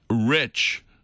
rich